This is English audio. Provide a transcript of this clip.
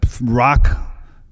rock